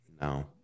No